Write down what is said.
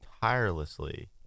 tirelessly